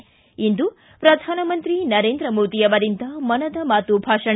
ಿ ಇಂದು ಪ್ರಧಾನಮಂತ್ರಿ ನರೇಂದ್ರ ಮೋದಿ ಅವರಿಂದ ಮನದ ಮಾತು ಭಾಷಣ